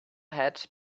hat